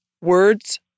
words